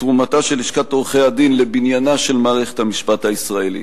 תרומתה של לשכת עורכי-הדין לבניינה של מערכת המשפט הישראלית.